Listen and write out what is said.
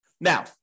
Now